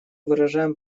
выражаем